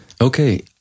Okay